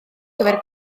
gyfer